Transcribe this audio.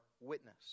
witness